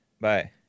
Bye